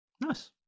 Nice